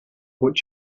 what